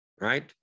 Right